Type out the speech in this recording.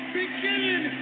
beginning